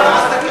תקרא ואז תגיד.